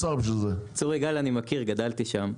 צור יגאל אני מכיר, גדלתי שם.